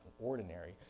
ordinary